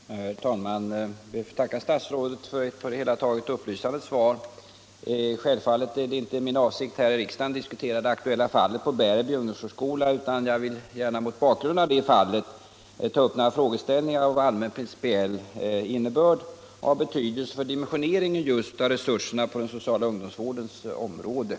Herr talman! Jag ber att få tacka statsrådet för ett på det hela taget upplysande svar. Självfallet är det inte min avsikt att här i riksdagen diskutera det aktuella fallet på Bärby ungdomsvårdsskola, men jag vill gärna mot bakgrunden av det fallet ta upp några frågeställningar av allmänt principiell innebörd och av betydelse för dimensioneringen av resurserna på den sociala ungdomsvårdens område.